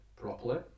properly